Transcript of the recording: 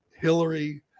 Hillary